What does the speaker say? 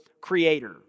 creator